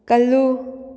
ꯀꯜꯂꯨ